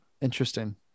Interesting